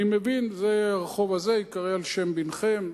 אני מבין שהרחוב הזה ייקרא על שם בנכם,